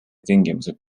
tingimused